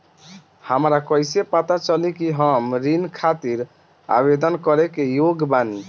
हमरा कईसे पता चली कि हम ऋण खातिर आवेदन करे के योग्य बानी?